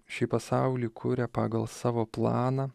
šį pasaulį kuria pagal savo planą